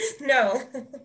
No